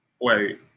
wait